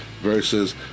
versus